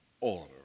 order